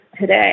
today